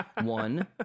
one